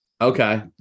okay